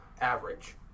average